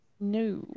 No